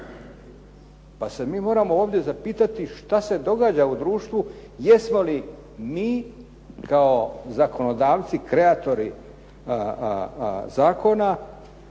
Pa se mi moramo ovdje zapitati šta se događa u društvu, jesmo li mi kao zakonodavci kreatori zakona